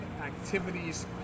Activities